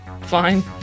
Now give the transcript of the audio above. fine